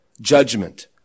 judgment